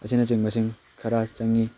ꯑꯁꯤꯅꯆꯤꯡꯕꯁꯤꯡ ꯈꯔ ꯆꯪꯏ